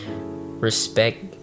respect